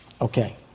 Okay